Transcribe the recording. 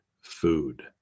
food